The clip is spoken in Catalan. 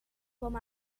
com